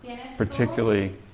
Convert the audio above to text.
particularly